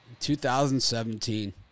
2017